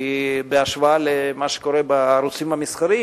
כי בהשוואה למה שקורה בערוצים המסחריים,